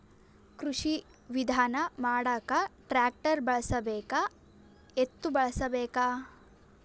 ಕೃಷಿ ವಿಧಾನ ಮಾಡಾಕ ಟ್ಟ್ರ್ಯಾಕ್ಟರ್ ಬಳಸಬೇಕ, ಎತ್ತು ಬಳಸಬೇಕ?